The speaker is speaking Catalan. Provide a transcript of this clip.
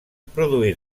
produir